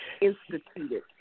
instituted